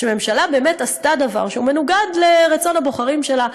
שממשלה באמת עשתה דבר שהוא מנוגד לרצון הבוחרים שלה,